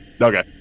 Okay